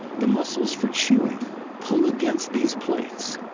the muscles for chewing pull against these plates,